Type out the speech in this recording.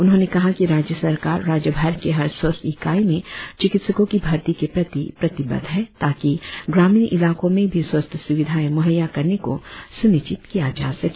उन्होंने कहा कि राज्य सरकार राज्यभर के हर स्वास्थ्य इकाई में चिकित्सों की भर्ती के प्रति प्रतिबद्ध है ताकि ग्रामीण इलाकों में भी स्वास्थ्य सुविधाएं मुहैया करने को सुनिश्चित किया जा सके